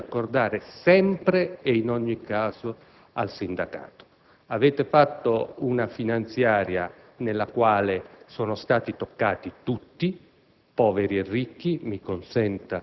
precedenza che avete ritenuto di accordare, sempre e in ogni caso, al sindacato. Avete fatto una finanziaria nella quale sono stati toccati gli